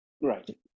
right